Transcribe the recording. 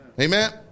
Amen